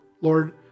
Lord